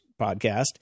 podcast